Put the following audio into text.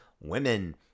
women